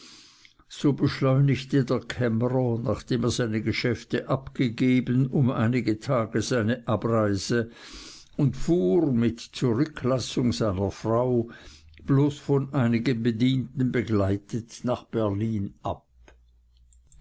so beschleunigte der kämmerer nachdem er seine geschäfte abgegeben um einige tage seine abreise und fuhr mit zurücklassung seiner frau bloß von einigen bedienten begleitet nach berlin ab